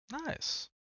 Nice